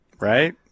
Right